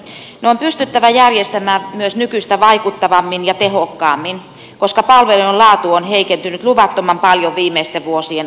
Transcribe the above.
ne on pystyttävä järjestämään myös nykyistä vaikuttavammin ja tehokkaammin koska palvelujen laatu on heikentynyt luvattoman paljon viimeisten vuosien aikana